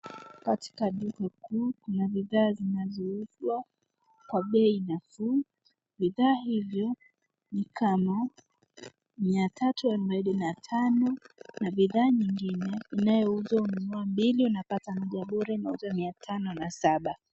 Katika duka kuu kuna bidhaa zinazouzwa kwa bei nafuu. Bidhaa hizi ni kama 345 na bidhaa nyingine inayouzwa ukinunua mbili unapata moja bure inauzwa 507.